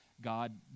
God